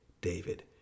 David